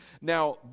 Now